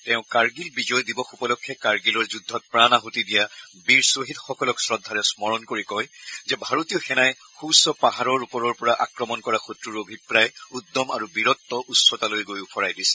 তেওঁ কাৰ্গিল বিজয় দিৱস উপলক্ষে কাৰ্গিলৰ যুদ্ধত প্ৰাণআছতি দিয়া বীৰ শ্বহীদসকলক শ্ৰদ্ধাৰে স্মৰণ কৰি কয় যে ভাৰতীয় সেনাই সূউচ্চ পাহাৰৰ ওপৰৰ পৰা আক্ৰমণ কৰা শক্ৰৰ অভিপ্ৰায় উদ্যম আৰু বীৰত্বৰ উচ্চতালৈ গৈ ওফৰাই দিছিল